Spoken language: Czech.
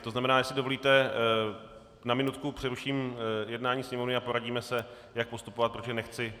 To znamená, jestli dovolíte, na minutku přeruším jednání Sněmovny a poradíme se, jak postupovat, protože nechci...